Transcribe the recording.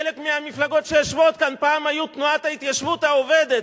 חלק מהמפלגות שיושבות כאן פעם היו תנועת ההתיישבות העובדת.